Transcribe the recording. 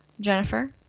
Jennifer